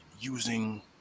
using